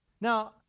Now